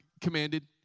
commanded